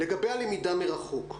לגבי הלמידה מרחוק,